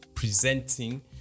Presenting